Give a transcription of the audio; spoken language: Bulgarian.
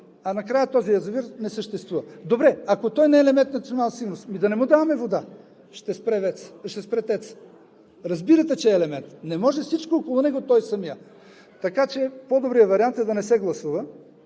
а накрая този язовир не съществува. Добре, ако той не е елемент на националната сигурност, ами да не му даваме вода. Ще спре ТЕЦ-ът. Разбирате, че е елемент. Не може всичко около него, а той самият не. Така че по-добрият вариант е да не се гласува